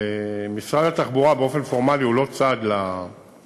משרד התחבורה, באופן פורמלי, הוא לא צד לשביתה.